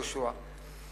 יהושע.